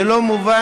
זה לא מובן,